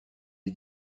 est